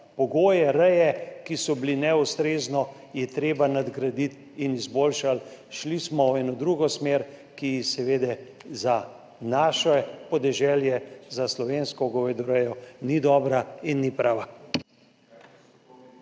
pogoje reje, ki so bili neustrezni, je treba nadgraditi in izboljšati, smo šli v eno drugo smer, ki seveda za naše podeželje, za slovensko govedorejo ni dobra in ni prava.